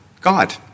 God